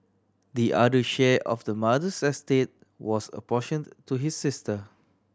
the other share of the mother's estate was apportioned to his sister